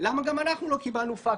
למה גם אנחנו לא קיבלנו פקטור?